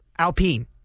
Alpine